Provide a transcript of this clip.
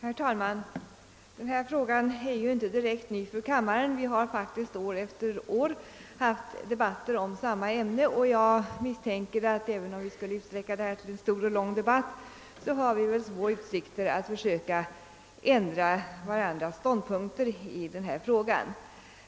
Herr talman! Denna fråga är inte direkt ny för kammaren. Vi har faktiskt år efter år haft debatter i samma ämne. Jag misstänker att vi, även om vi skulle utsträcka detta till en stor och lång debatt, har små utsikter att ändra varandras ståndpunkter i denna fråga.